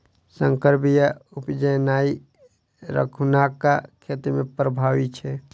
सँकर बीया उपजेनाइ एखुनका खेती मे प्रभावी छै